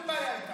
אין בעיה איתה.